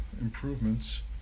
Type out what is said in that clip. improvements